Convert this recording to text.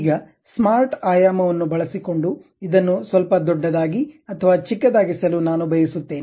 ಈಗ ಸ್ಮಾರ್ಟ್ ಆಯಾಮವನ್ನು ಬಳಸಿಕೊಂಡು ಇದನ್ನು ಸ್ವಲ್ಪ ದೊಡ್ಡದಾಗಿ ಅಥವಾ ಚಿಕ್ಕದಾಗಿಸಲು ನಾನು ಬಯಸುತ್ತೇನೆ